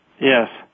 Yes